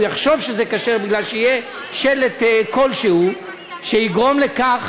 הוא יחשוב שזה כשר בגלל שיהיה שלט כלשהו שיגרום לכך,